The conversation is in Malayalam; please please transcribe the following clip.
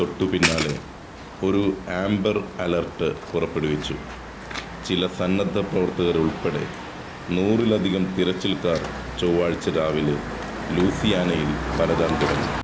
തൊട്ടുപിന്നാലെ ഒരു ആംബർ അലേർട്ട് പുറപ്പെടുവിച്ചു ചില സന്നദ്ധപ്രവർത്തകരുൾപ്പെടെ നൂറിലധികം തിരച്ചിൽക്കാർ ചൊവ്വാഴ്ച രാവിലെ ലൂസിയാനയിൽ പരതാൻ തുടങ്ങി